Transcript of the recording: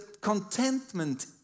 contentment